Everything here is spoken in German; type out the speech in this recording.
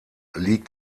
liegt